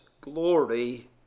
glory